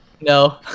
No